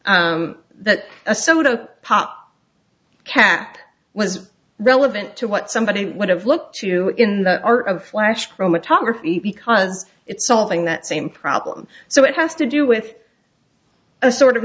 s that a soda pop cap was relevant to what somebody would have looked to in the art of flash chromatography because it's solving that same problem so it has to do with a sort of